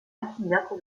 archidiacre